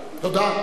תודה.